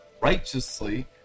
righteously